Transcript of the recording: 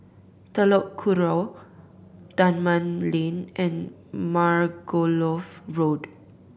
Telok Kurau Dunman Lane and Margoliouth Road